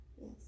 Yes